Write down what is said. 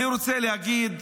אני רוצה להגיד,